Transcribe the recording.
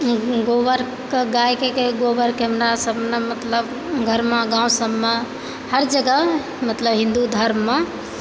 गोबर गायके गोबरके हमरा सबमे मतलब घरमे गाँव सबमे हर जगह मतलब हिन्दू धर्ममे